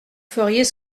feriez